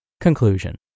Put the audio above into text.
Conclusion